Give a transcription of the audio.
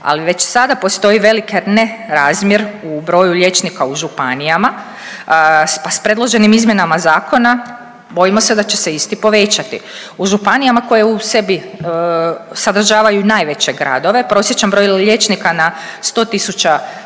ali već sada postoji veliki nerazmjer u broju liječnika u županijama, pa s predloženim izmjenama zakona bojimo se da će se isti povećati. U županijama koje u sebi sadržavaju najveće gradove, prosječan broj liječnika na 100 tisuća